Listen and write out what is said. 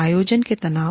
आयोजन के तनाव